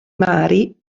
mari